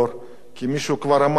כי מישהו כבר אמר פה: